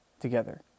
together